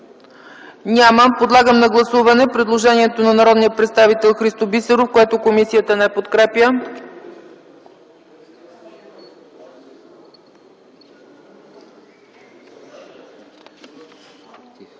Няма. Подлагам на гласуване предложението на народния представител Христо Бисеров, което комисията не подкрепя.